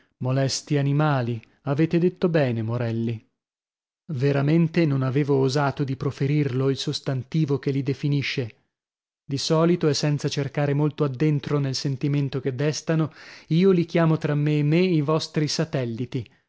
molesti animali avete detto bene morelli veramente non avevo osato di proferirlo il sostantivo che li definisce di solito e senza cercare molto addentro nel sentimento che destano io li chiamo tra me e me i vostri satelliti